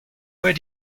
where